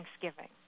Thanksgiving